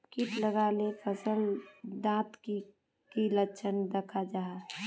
किट लगाले फसल डात की की लक्षण दखा जहा?